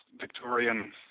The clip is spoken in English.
Victorian